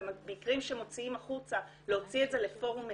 במקרים שמוציאים החוצה להוציא את זה לפורום מסודר.